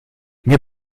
mir